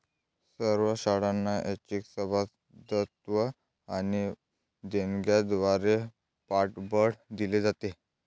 सर्व शाळांना ऐच्छिक सभासदत्व आणि देणग्यांद्वारे पाठबळ दिले जाते